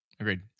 Agreed